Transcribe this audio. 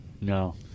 No